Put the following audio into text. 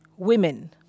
Women